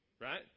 right